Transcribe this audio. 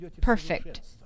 perfect